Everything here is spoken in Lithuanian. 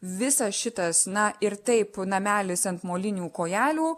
visas šitas na ir taip namelis ant molinių kojelių